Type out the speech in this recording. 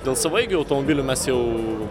dėl savaeigių automobilių mes jau